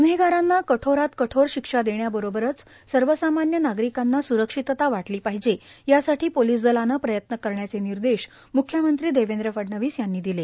ग्न्हेगारांना कठोरात कठोर शिक्षा देण्याबरोबर सर्वसामान्य नागरिकांना स्रक्षितता वाटली पाहिजे यासाठी पोलीस दलाने प्रयत्न करण्याचे निर्देश मुख्यमंत्री देवेंद्र फडणवीस यांनी दिले